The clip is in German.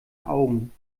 augen